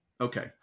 Okay